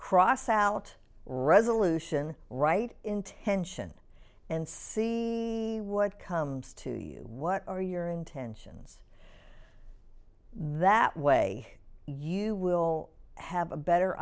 cross out resolution write intention and see what comes to you what are your intentions that way you will have a better